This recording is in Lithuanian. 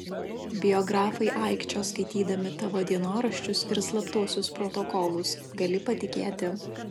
biografai aikčios sklaidydami tavo dienoraščius ir slaptuosius protokolus gali patikėti